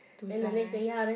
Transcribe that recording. to sunrise